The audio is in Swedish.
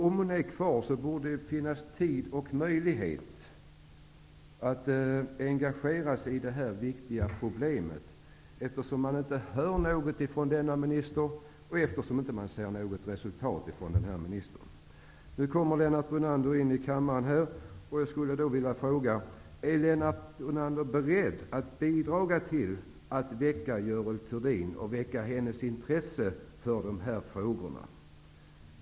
Om hon är kvar borde hon ha tid och möjlighet att engagera sig i det här viktiga problemet, eftersom man inte hör något från denna minister och eftersom man inte ser något resultat av den här ministerns arbete. Nu kommer Lennart Brunander in här i kammaren, och jag skulle då vilja fråga honom: Är Lennart Brunander beredd att bidra till att väcka Görel Thurdin och att väcka hennes intresse för de här frågorna?